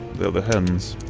they are the hens.